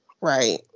right